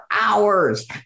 hours